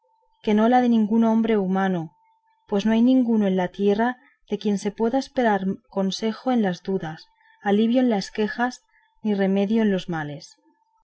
que no la de ningún hombre humano pues no hay ninguno en la tierra de quien se pueda esperar consejo en las dudas alivio en las quejas ni remedio en los males